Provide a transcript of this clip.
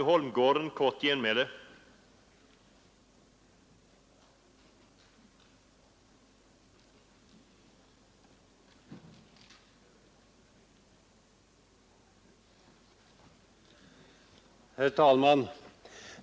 Herr talman!